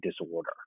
disorder